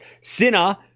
Sinner